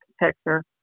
architecture